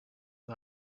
and